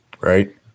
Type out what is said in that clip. Right